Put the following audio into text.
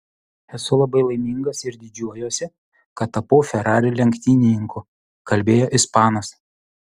esu labai laimingas ir didžiuojuosi kad tapau ferrari lenktynininku kalbėjo ispanas